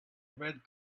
red